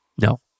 no